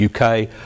UK